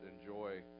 enjoy